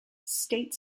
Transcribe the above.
state